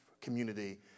community